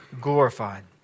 glorified